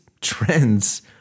trends